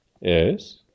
Yes